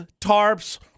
tarps